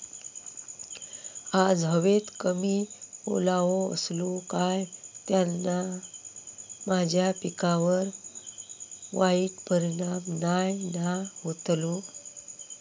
आज हवेत कमी ओलावो असतलो काय त्याना माझ्या पिकावर वाईट परिणाम नाय ना व्हतलो?